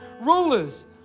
rulers